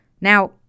Now